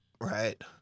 Right